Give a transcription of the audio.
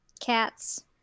Cats